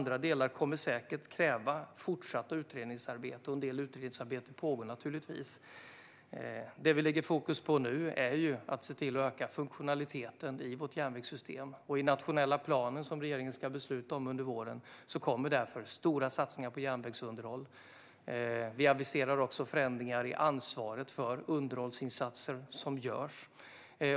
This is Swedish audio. Det kommer säkert att krävas fortsatt utredningsarbete när det gäller andra delar; en del utredningsarbete pågår givetvis. Nu lägger vi fokus på att öka funktionaliteten i vårt järnvägssystem. I den nationella planen, som regeringen ska besluta om under våren, kommer det därför stora satsningar på järnvägsunderhåll. Vi aviserar också förändringar i ansvaret för underhållsinsatser.